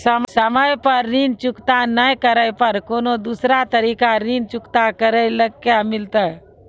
समय पर ऋण चुकता नै करे पर कोनो दूसरा तरीका ऋण चुकता करे के मिलतै?